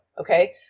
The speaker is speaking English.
Okay